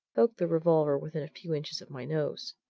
poked the revolver within a few inches of my nose.